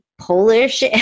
Polish